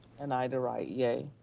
and ida wright, yea.